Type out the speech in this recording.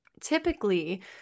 typically